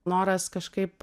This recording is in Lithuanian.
noras kažkaip